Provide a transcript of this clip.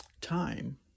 time